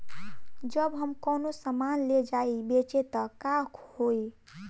जब हम कौनो सामान ले जाई बेचे त का होही?